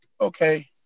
okay